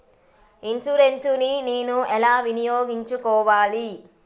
Insurance ని నేను ఎలా వినియోగించుకోవాలి?